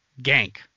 gank